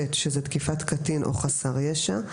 זאת תקיפת קטין או חסר ישע.